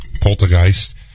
Poltergeist